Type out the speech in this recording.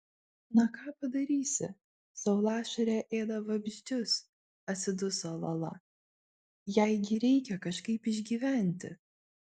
na ką padarysi saulašarė ėda vabzdžius atsiduso lala jai gi reikia kažkaip išgyventi